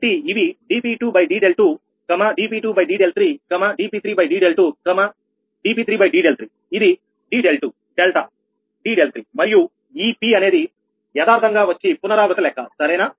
కాబట్టి ఇవి dp2d∂2 dp2d∂3 dp3d∂2 dp3d∂3 ఇది d∂2 డెల్టా d∂3 మరియు ఈ p అనేది యదార్ధంగా వచ్చి పునరావృత లెక్క సరేనా